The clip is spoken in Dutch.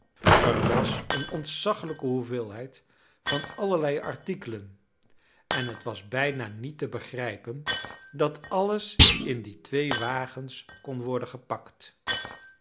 er was een ontzaglijke hoeveelheid van allerlei artikelen en het was bijna niet te begrijpen dat alles in die twee wagens kon worden gepakt